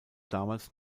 damals